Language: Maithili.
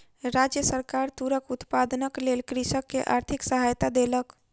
राज्य सरकार तूरक उत्पादनक लेल कृषक के आर्थिक सहायता देलक